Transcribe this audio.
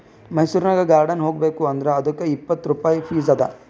ಮೈಸೂರನಾಗ್ ಗಾರ್ಡನ್ ಹೋಗಬೇಕ್ ಅಂದುರ್ ಅದ್ದುಕ್ ಇಪ್ಪತ್ ರುಪಾಯಿ ಫೀಸ್ ಅದಾ